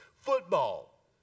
football